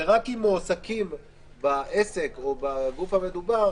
אלא רק אם מועסקים בעסק או בגוף המדובר